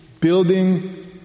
building